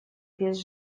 без